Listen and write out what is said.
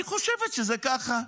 אני חושבת שזה ככה.